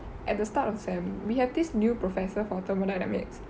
at the start of the sem we have this new professor for thermodynamics